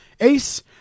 ACE